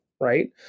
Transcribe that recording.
right